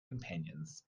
companions